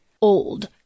old